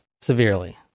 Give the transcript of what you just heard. severely